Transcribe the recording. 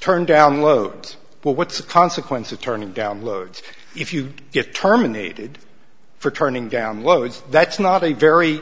turn down loads but what's the consequence of turning down loads if you get terminated for turning down loads that's not a very